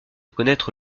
connaître